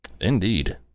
Indeed